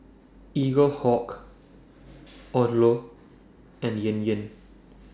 Eaglehawk Odlo and Yan Yan